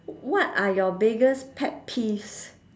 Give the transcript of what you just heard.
what are your biggest pet peeves